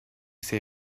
say